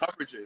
coverages